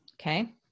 Okay